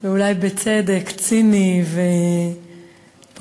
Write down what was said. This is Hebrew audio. ואולי בצדק, ציני ופופוליסטי